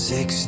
Six